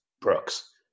Brooks